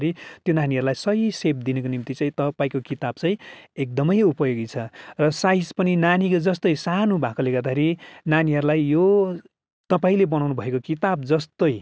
त्यो नानीहरूलाई सही सेप दिनुको निम्ति चाहिँ तपाईँको किताब चाहिँ एकदमै उपयोगी छ र साइज पनि नानीको जस्तै सानो भएकोले गर्दाखेरि नानीहरूलाई यो तपाईँले बनाउनुभएको किताब जस्तै